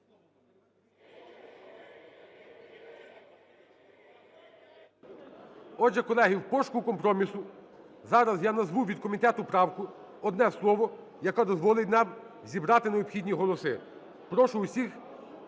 Отже, колеги, в пошуку компромісу зараз я назву від комітету правку, одне слово, яке дозволить нам зібрати необхідні голоси. Прошу всіх